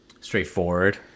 straightforward